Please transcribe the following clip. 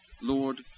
Lord